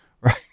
Right